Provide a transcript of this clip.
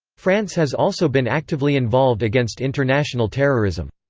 france has also been actively involved against international terrorism.